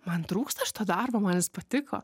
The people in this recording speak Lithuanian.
man trūksta šito darbo man jis patiko